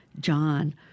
John